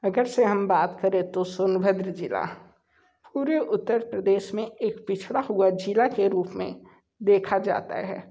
अगर से हम बात करें तो सोनभद्र ज़िला पुरे उत्तर प्रदेश में एक पिछड़े हुए ज़िले के रूप में देखा जाता है